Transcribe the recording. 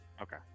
Okay